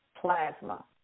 plasma